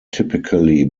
typically